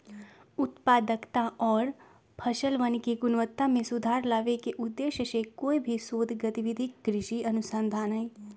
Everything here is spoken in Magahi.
उत्पादकता और फसलवन के गुणवत्ता में सुधार लावे के उद्देश्य से कोई भी शोध गतिविधि कृषि अनुसंधान हई